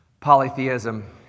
Polytheism